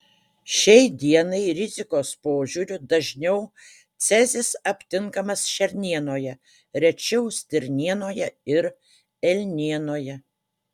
šiai dienai rizikos požiūriu dažniau cezis aptinkamas šernienoje rečiau stirnienoje ir elnienoje